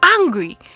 angry